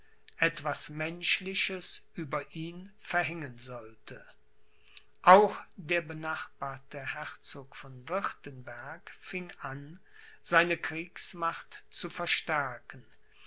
etwas menschliches über ihn verhängen sollte auch der benachbarte herzog von wirtenberg fing an seine kriegsmacht zu verstärken